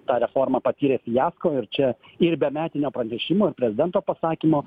ta reforma patyrė fiasko ir čia ir be metinio pranešimo prezidento pasakymo